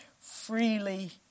freely